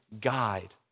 guide